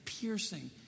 piercing